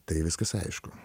tai viskas aišku